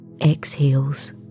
exhales